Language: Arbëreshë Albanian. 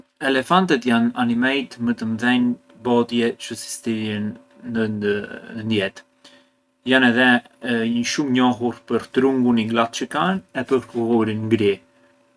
Elefantet janë animejt më të mdhenjë botje çë sistirjën në jetë, janë shumë njohur për trungun i glatë çë kanë e për kullurin gri.